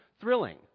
thrilling